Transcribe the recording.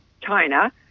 China